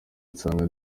nsanga